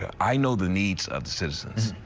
i know the needs of citizens.